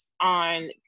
on